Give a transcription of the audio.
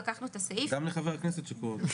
גם לחבר הכנסת שקורא אותו.